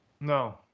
No